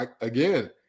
Again